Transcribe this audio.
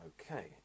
Okay